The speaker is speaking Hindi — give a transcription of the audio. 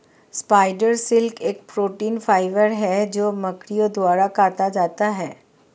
स्पाइडर सिल्क एक प्रोटीन फाइबर है जो मकड़ियों द्वारा काता जाता है